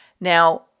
now